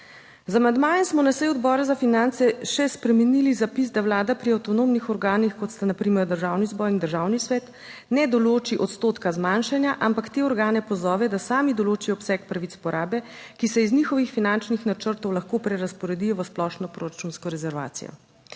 Z amandmajem smo na seji Odbora za finance še spremenili zapis, da vlada pri avtonomnih organih, kot sta na primer Državni zbor in Državni svet, ne določi odstotka zmanjšanja, ampak te organe pozove, da sami določijo obseg pravic porabe, ki se iz njihovih finančnih načrtov lahko prerazporedijo v splošno proračunsko rezervacijo.